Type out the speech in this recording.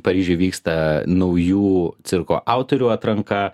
paryžiuj vyksta naujų cirko autorių atranka